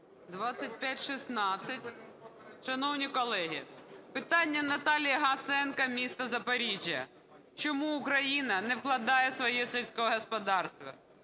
2516. Шановні колеги, питання Наталії Гасенко, місто Запоріжжя: "Чому Україна на вкладає в свої сільське господарство,